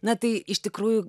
na tai iš tikrųjų